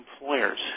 employers